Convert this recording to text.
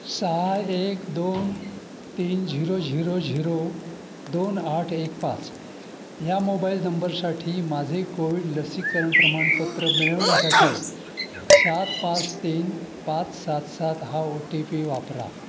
सहा एक दोन तीन झिरो झिरो झिरो दोन आठ एक पाच ह्या मोबाईल नंबरसाठी माझे कोविड लसीकरण प्रमाणपत्र मिळवण्यासाठी सात पाच तीन पाच सात सात हा ओ टी पी वापरा